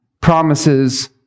promises